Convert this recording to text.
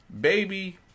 baby